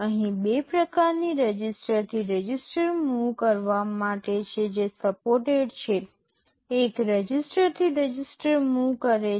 અહીં બે પ્રકારની રજિસ્ટર થી રજિસ્ટર મૂવ કરવા માટે છે જે સપોર્ટેડ છે એક સરળ રજીસ્ટર થી રજિસ્ટર મૂવ કરે છે